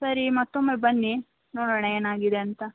ಸರಿ ಮತ್ತೊಮ್ಮೆ ಬನ್ನಿ ನೋಡೋಣ ಏನಾಗಿದೆ ಅಂತ